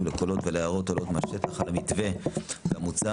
לקולות ולהערות העולים מהשטח על המתווה המוצע.